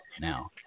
now